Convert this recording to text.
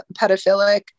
pedophilic